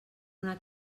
una